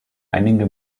einige